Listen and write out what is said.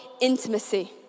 intimacy